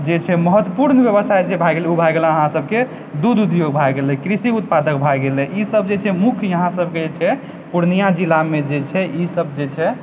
जे छै महत्वपूर्ण व्यवसाय जे भए गेल ओ भए गेल अहाँसभके दूध उद्योग भए गेलय कृषि उत्पादक भए गेलय ईसभ जे छै मुख्य यहाँ सभके जे छै पूर्णिया जिलामे जे छै ईसभ जे छै